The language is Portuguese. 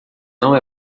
não